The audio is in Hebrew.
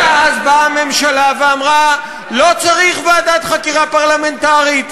ואז באה הממשלה ואמרה: לא צריך ועדת חקירה פרלמנטרית,